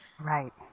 Right